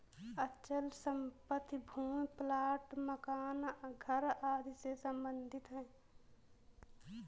अचल संपत्ति भूमि प्लाट मकान घर आदि से सम्बंधित है